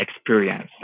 experience